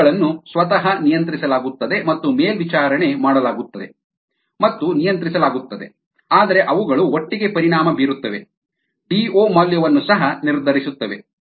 ಅವುಗಳನ್ನು ಸ್ವತಃ ನಿಯಂತ್ರಿಸಲಾಗುತ್ತದೆ ಮತ್ತು ಮೇಲ್ವಿಚಾರಣೆ ಮಾಡಲಾಗುತ್ತದೆ ಮತ್ತು ನಿಯಂತ್ರಿಸಲಾಗುತ್ತದೆ ಆದರೆ ಅವುಗಳು ಒಟ್ಟಿಗೆ ಪರಿಣಾಮ ಬೀರುತ್ತವೆ DO ಮೌಲ್ಯವನ್ನು ಸಹ ನಿರ್ಧರಿಸುತ್ತವೆ